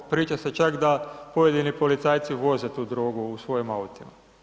Priča se čak da pojedini policajci uvoze tu droge u svojim autima.